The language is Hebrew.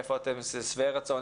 איפה אתם שבעי רצון,